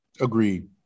Agreed